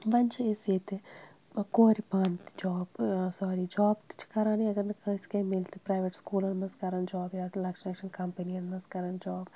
وۄنۍ چھِ أسۍ ییٚتہِ کورِ پانہٕ تہِ جاب سوری جاب تہِ چھِ کَرانٕے اگر نہٕ کٲنٛسہِ کینٛہہ مِلہِ تہِ پرٛایویٹ سکوٗلَن منٛز کَران جاب یا لَکچن لَکچن کَمپنَن منٛز کَران جاب